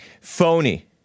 phony